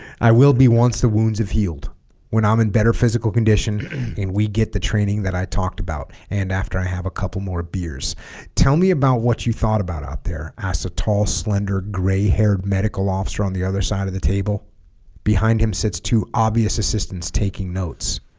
i will be once the wounds of healed when i'm in better physical condition and we get the training that i talked about and after i have a couple more beers tell me about what you thought about out there ask a tall slender gray-haired medical officer on the other side of the table behind him sits two obvious assistants taking notes